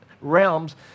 realms